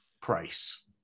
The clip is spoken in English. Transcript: price